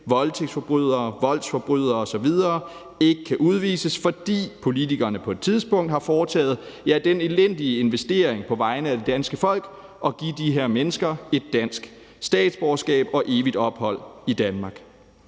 voldtægtsforbrydere, voldsforbrydere osv., ikke kan udvises, fordi politikerne på et tidspunkt har foretaget den elendige investering på vegne af det danske folk at give de her mennesker et dansk statsborgerskab og evigt ophold i Danmark.